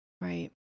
Right